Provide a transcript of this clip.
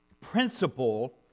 principle